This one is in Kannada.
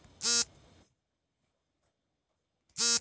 ಒಂದು ದಿನಕ್ಕೆ ನಿಧಿ ವರ್ಗಾವಣೆ ಮಾಡಲು ಮಿತಿಯಿರುತ್ತದೆಯೇ?